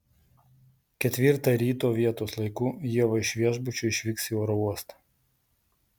ketvirtą ryto vietos laiku ieva iš viešbučio išvyks į oro uostą